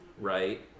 right